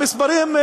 המספרים,